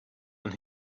and